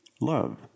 Love